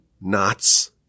knots